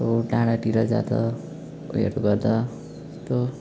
त्यो डाँडातिर जाँदा उयोहरू गर्दा त्यो